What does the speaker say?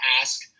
ask